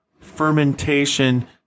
fermentation